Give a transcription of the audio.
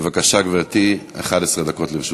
בבקשה, גברתי, 11 דקות לרשותך.